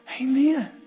Amen